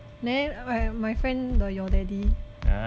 there my friend the your daddy